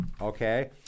Okay